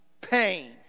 pain